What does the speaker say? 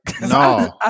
No